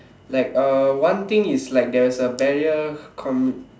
like uh one thing is like there is a barrier com~